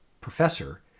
professor